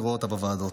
אני רואה אותה בוועדות.